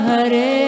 Hare